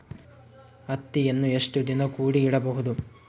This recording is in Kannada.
ಹತ್ತಿಯನ್ನು ಎಷ್ಟು ದಿನ ಕೂಡಿ ಇಡಬಹುದು?